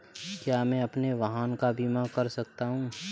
क्या मैं अपने वाहन का बीमा कर सकता हूँ?